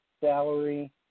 salary